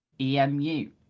EMU